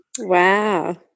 Wow